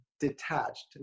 detached